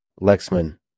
Lexman